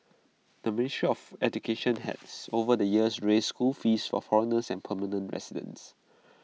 the ministry of education has over the years raised school fees for foreigners and permanent residents